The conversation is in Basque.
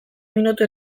minutu